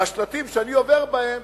על השלטים שאני עובר בהם,